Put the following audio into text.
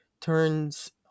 turns